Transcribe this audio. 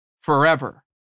forever